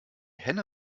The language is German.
henne